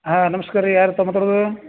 ಹಾಂ ನಮ್ಸ್ಕಾರ ರೀ ಯಾರಪ್ಪ ಮಾತಾಡುವುದು